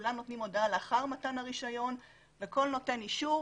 לכולם נותנים הודעה לאחר מתן הרישיון וכל נותן אישור,